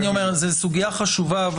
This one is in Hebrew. זו סוגיה חשובה.